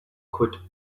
could